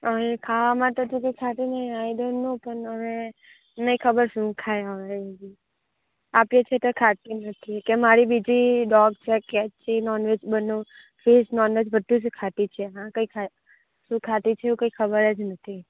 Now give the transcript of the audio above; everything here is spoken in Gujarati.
હવે એ ખાવામાં તો કશું કંઈ ખાતી નહીં આઈ ડોન્ટ નો પણ હવે નહીં ખબર શું ખાય હવે એ રહી આપીએ છે તોય ખાતી નથી મારી બીજી ડોગ છે કેટ એ નોન વેજ બંનેવ ફીશ નોનવેજ બધું જ ખાતી છે હા કંઈ ખાય શું ખાતી છે એવું ખબર જ નથી